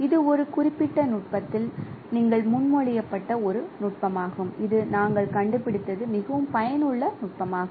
இது ஒரு குறிப்பிட்ட நுட்பத்தில் நீங்கள் முன்மொழியப்பட்ட ஒரு நுட்பமாகும் இது நாங்கள் கண்டுபிடித்தது மிகவும் பயனுள்ள நுட்பமாகும்